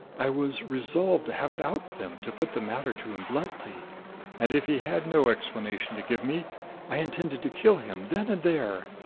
i was resolved to have it out with him, to put the matter to him bluntly and if he had no explanation to give me i intended to kill him then and there.